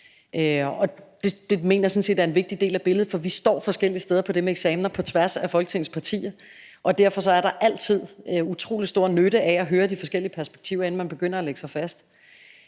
det mener jeg sådan set er en vigtig del af billedet. For vi står forskellige steder i forhold til det med eksamener på tværs af Folketingets partier, og derfor er der altid en utrolig stor nytte af at høre de forskellige perspektiver, inden man begynder at lægge sig fast.